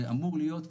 זה אמור להיות,